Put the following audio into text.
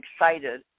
excited